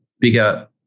bigger